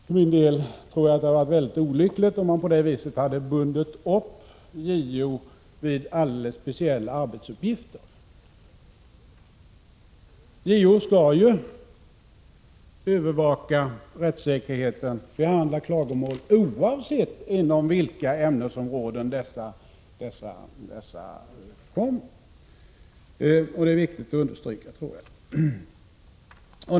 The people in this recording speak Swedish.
För min del tror jag att det hade varit mycket olyckligt om man på det viset hade bundit upp JO vid alldeles speciella arbetsuppgifter. JO skall ju övervaka rättssäkerheten och behandla klagomål oavsett från vilka ämnesområden dessa kommer. Det är viktigt att detta understryks.